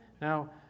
Now